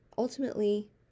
ultimately